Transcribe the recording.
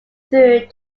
through